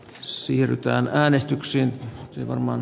siirrytään äänestyksiin ilman